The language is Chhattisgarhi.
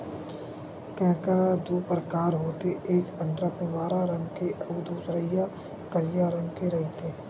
केंकरा दू परकार होथे एक पंडरा पिंवरा रंग के अउ दूसरइया करिया रंग के रहिथे